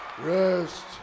Rest